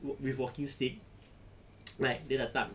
with walking stick like dia datang